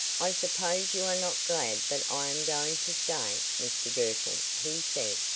i suppose you are not glad that i am going to stay, mr girtle, he said.